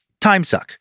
timesuck